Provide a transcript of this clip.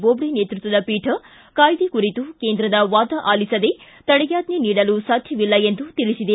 ಬೋಬ್ಡೆ ನೇತೃತ್ವದ ಪೀಠ ಕಾಯ್ದೆ ಕುರಿತು ಕೇಂದ್ರದ ವಾದ ಆಲಿಸದೇ ತಡೆಯಾಜ್ಞೆ ನೀಡಲು ಸಾಧ್ಯವಿಲ್ಲ ಎಂದು ತಿಳಿಸಿದೆ